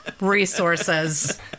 resources